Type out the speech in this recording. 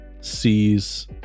sees